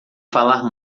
falar